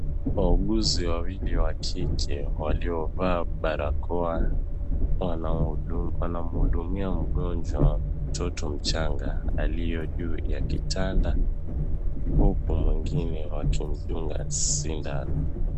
Wauguzi wawili wa kike waliovaa barakoa wanamhudumia mgonjwa mtoto mchanga aliye juu ya kitanda huku mwingine akimdunga sindano.